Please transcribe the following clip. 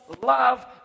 love